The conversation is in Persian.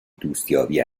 دوستیابی